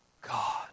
God